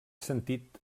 sentit